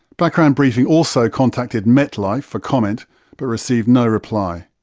background briefing also contacted metlife for comment but received no reply.